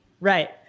Right